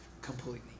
completely